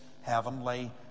heavenly